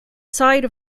site